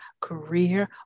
career